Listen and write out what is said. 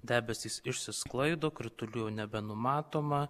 debesys išsisklaido kritulių nebenumatoma